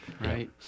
Right